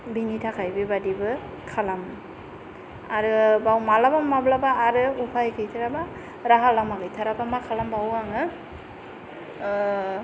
बेनि थाखाय बेबादिबो खालामो आरो बेयाव माब्लाबा माब्लाबा आरो उपाय गैथाराबा मा खालामो राहा लामा गैथाराबा मा खालामबावो आङो